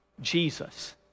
Jesus